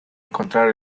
encontrar